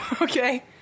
Okay